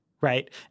Right